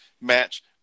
match